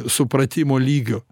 supratimo lygio